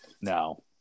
No